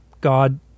God